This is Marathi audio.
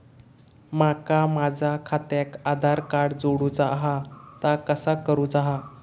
माका माझा खात्याक आधार कार्ड जोडूचा हा ता कसा करुचा हा?